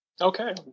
okay